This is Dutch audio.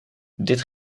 dit